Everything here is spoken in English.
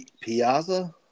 Piazza